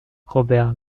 robert